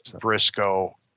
Briscoe